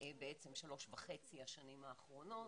שלוש וחצי השנים האחרונות.